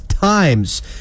times